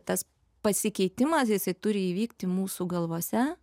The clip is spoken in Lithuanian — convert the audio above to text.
tas pasikeitimas jisai turi įvykti mūsų galvose